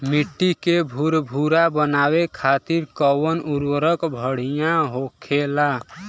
मिट्टी के भूरभूरा बनावे खातिर कवन उर्वरक भड़िया होखेला?